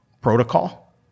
protocol